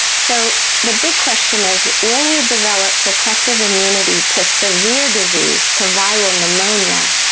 so the big question is, will we develop protective immunity to severe disease, to viral pneumonia?